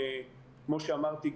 כמו שאמרתי,